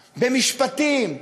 במשפטים,